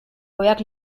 oheak